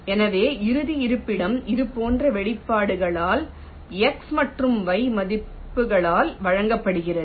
எனவே இறுதி இருப்பிடம் இது போன்ற வெளிப்பாடுகளால் x மற்றும் y மதிப்புகளால் வழங்கப்படுகிறது